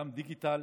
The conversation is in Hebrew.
גם בדיגיטל,